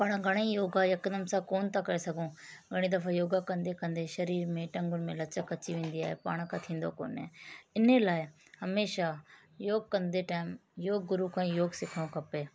पाण घणे ई योगा हिकदमि सां कोन था करे सघूं घणे दफ़ा योगा कंदे कंदे शरीर में टंगुनि में लचक अची वेंदी आहे पाण खां थींदो कोन्हे इन ई लाइ हमेशा योग कंदे टाइम योग गुरू खां योग सिखिणो खपे